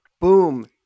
boom